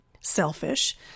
selfish